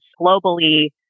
globally